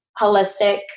holistic